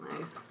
Nice